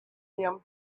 them